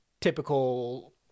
typical